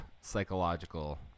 psychological